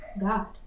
God